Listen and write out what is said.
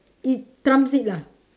it trumps it lah